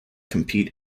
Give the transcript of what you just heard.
compete